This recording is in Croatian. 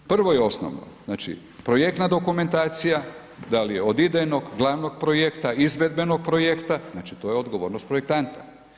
Prvo i osnovno, znači projektna dokumentacija da lij je od idejnog, glavnog projekta, izvedbenog projekta, znači to je odgovornost projektanta.